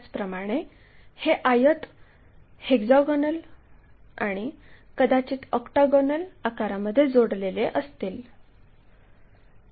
त्याचप्रमाणे हे आयत हेक्झागोनल आणि कदाचित ऑक्टागोनल आकारामध्ये जोडलेले असतील